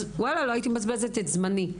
אז לא הייתי מבזבזת את זמני.